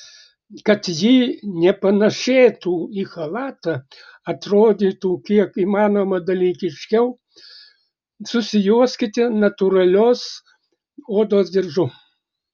kad ji nepanėšėtų į chalatą atrodytų kiek įmanoma dalykiškiau susijuoskite natūralios odos diržu